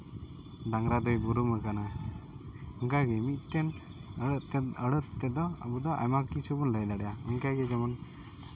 ᱰᱟᱝᱨᱟ ᱫᱚᱭ ᱵᱩᱨᱩᱢ ᱠᱟᱱᱟ ᱚᱱᱠᱟᱜᱮ ᱢᱤᱫᱴᱮᱱ ᱟᱹᱲᱟᱹ ᱛᱮ ᱟᱹᱲᱟᱹ ᱛᱮᱫᱚ ᱟᱵᱚᱫᱚ ᱟᱭᱢᱟ ᱠᱤᱪᱷᱩ ᱵᱚᱱ ᱞᱟᱹᱭ ᱫᱟᱲᱮᱭᱟᱜᱼᱟ ᱤᱱᱠᱟᱹᱜᱮ ᱡᱮᱢᱚᱱ